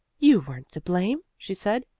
you weren't to blame, she said.